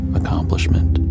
accomplishment